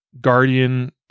Guardian